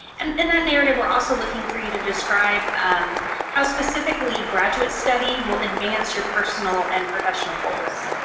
and and that narrative we are also looking for you to describe how specifically graduate study will advance your personal and professional goals.